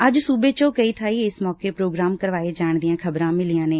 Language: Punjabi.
ਅੱਜ ਸੁਬੇ ਚ ਕਈ ਬਾਈ ਇਸ ਮੌਕੇ ਪ੍ਰੋਗਰਾਮ ਕਰਵਾਏ ਜਾਣ ਦੀਆ ਖ਼ਬਰਾ ਮਿਲੀਆ ਨੇ